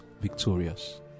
victorious